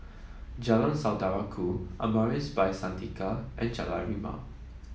Jalan Saudara Ku Amaris By Santika and Jalan Rimau